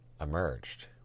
emerged